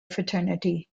fraternity